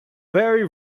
very